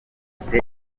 mfite